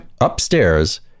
upstairs